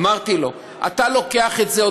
אמרתי לו: אתה לוקח את זה,